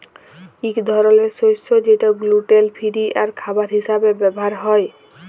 ইক ধরলের শস্য যেট গ্লুটেল ফিরি আর খাবার হিসাবে ব্যাভার হ্যয়